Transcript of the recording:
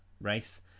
race